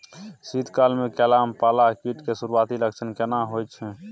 शीत काल में केला में पाला आ कीट के सुरूआती लक्षण केना हौय छै?